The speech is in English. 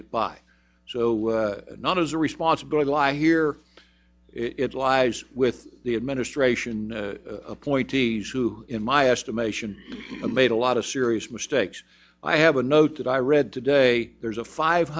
get by so not as a responsibility lie here it lies with the administration appointees who in my estimation made a lot of serious mistakes i have a note that i read today there's a five